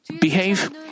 behave